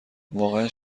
واقعا